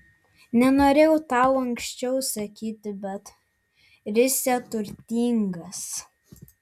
nenorėjau tau anksčiau sakyti bet risią turtingas